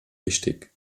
wichtig